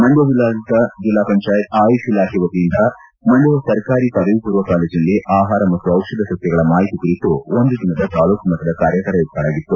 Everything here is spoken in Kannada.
ಮಂಡ್ಕ ಜಿಲ್ಲಾಡಳಿತ ಜಿಲ್ಲಾ ಪಂಜಾಯತ್ ಆಯುಷ್ ಇಲಾಖೆ ವತಿಯಿಂದ ಮಂಡ್ಕದ ಸರ್ಕಾರಿ ಪದವಿ ಪೂರ್ವ ಕಾಲೇಜಿನಲ್ಲಿ ಆಹಾರ ಮತ್ತು ಔಷಧ ಸಸ್ಯಗಳ ಮಾಹಿತಿ ಕುರಿತು ಒಂದು ದಿನದ ತಾಲೂಕು ಮಟ್ಟದ ಕಾರ್ಯಾಗಾರ ಏರ್ಪಡಾಗಿತ್ತು